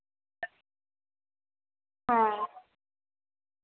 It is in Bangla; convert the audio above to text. হ্যাঁ